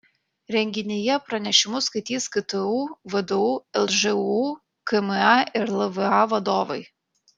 renginyje pranešimus skaitys ktu vdu lžūu kma ir lva vadovai